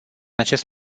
acest